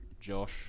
Josh